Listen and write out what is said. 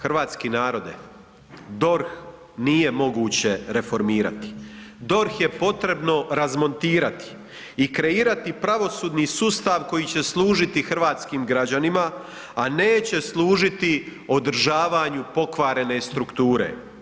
Hrvatski narode, DORH nije moguće reformirati, DORH je potrebno razmontirati i kreirati pravosudni sustav koji će služiti hrvatskim građanima, a neće služiti održavanju pokvarene strukture.